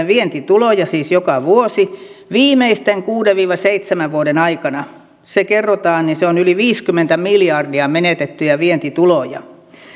vientituloja siis joka vuosi viimeisten kuuden viiva seitsemän vuoden aikana kun se kerrotaan niin se on yli viisikymmentä miljardia menetettyjä vientituloja